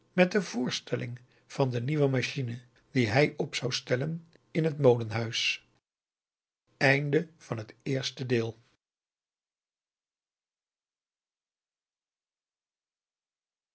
met de voorstelling van de nieuwe machine die hij op zou stellen in het molenhuis